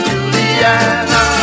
Juliana